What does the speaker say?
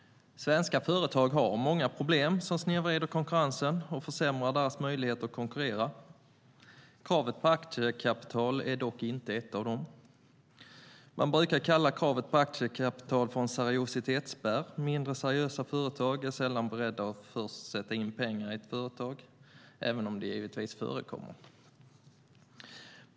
Svenska företag har många problem som snedvrider konkurrensen och försämrar deras möjligheter att konkurrera. Kravet på aktiekapital är dock inte ett av dem. Man brukar kalla kravet på aktiekapital för en seriositetsspärr. Mindre seriösa företag är sällan beredda att sätta in pengar i ett företag, även om det givetvis förekommer.